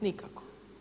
Nikako.